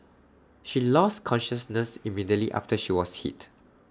she lost consciousness immediately after she was hit